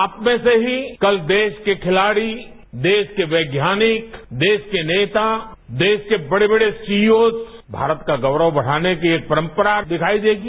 आपमें से ही कल देश के खिलाड़ी देश के वैज्ञानिक देश के नेता देश के बड़े बड़े सीओज भारत का गौरव बढ़ाने की एक परंपरा दिखाई देगी